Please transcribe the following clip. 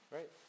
Right